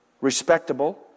respectable